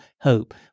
hope